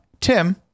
Tim